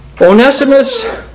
Onesimus